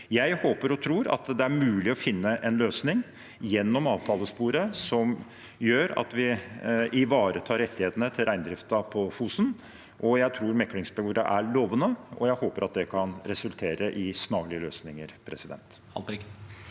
Jeg håper og tror det er mulig å finne en løsning gjennom avtalesporet som gjør at vi ivaretar rettighetene til reindriften på Fosen. Jeg tror meklingsporet er lovende, og jeg håper det kan resultere i snarlige løsninger. Lars